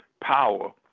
power